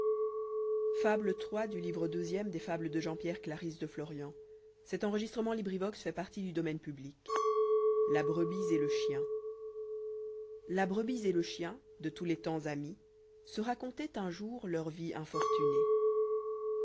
iii la brebis et le chien la brebis et le chien de tous les temps amis se racontaient un jour lleur vie infortunée